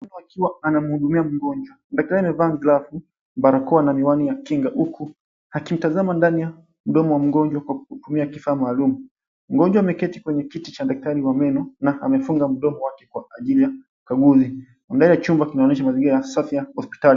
Daktari akiwa anamhudumia mgonjwa. Daktari amevaa glavu, barakoa na miwani ya kinga huku akitazama ndani ya mdomo wa mgonjwa kwa kutiumia kifaa maalum. Mgonjwa ameketi kwenye kiti cha daktari wa meno na amefunga mdomo wake kwa ajili ya ukaguzi. Kwa ndani ya chumba kunaonyesha mazingira safi ya hospitalini.